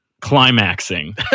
climaxing